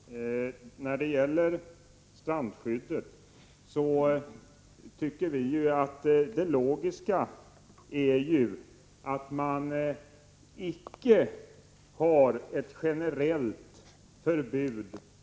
Herr talman! När det gäller strandskyddet tycker vi, som jag tidigare sagt, att logiken kräver att man icke har ett generellt förbud.